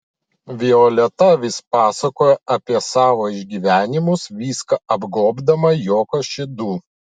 violeta vis pasakojo apie savo išgyvenimus viską apgobdama juoko šydu